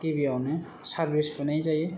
गिबियावनो सार्बिस बुनाय जायो